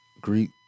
Greek